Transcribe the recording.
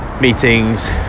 meetings